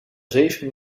zeven